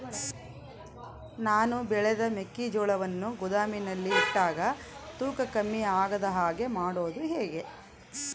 ನಾನು ಬೆಳೆದ ಮೆಕ್ಕಿಜೋಳವನ್ನು ಗೋದಾಮಿನಲ್ಲಿ ಇಟ್ಟಾಗ ತೂಕ ಕಮ್ಮಿ ಆಗದ ಹಾಗೆ ಮಾಡೋದು ಹೇಗೆ?